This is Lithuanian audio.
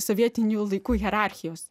sovietinių laikų hierarchijos